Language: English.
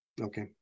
Okay